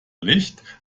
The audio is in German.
licht